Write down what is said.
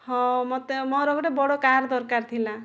ହଁ ମୋତେ ମୋର ଗୋଟିଏ ବଡ଼ କାର୍ ଦରକାର ଥିଲା